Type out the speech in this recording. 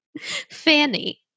Fanny